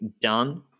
done